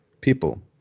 people